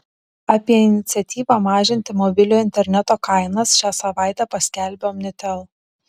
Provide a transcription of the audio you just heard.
apie iniciatyvą mažinti mobiliojo interneto kainas šią savaitę paskelbė omnitel